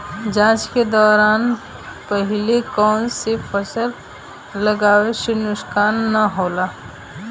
जाँच के दौरान पहिले कौन से फसल लगावे से नुकसान न होला?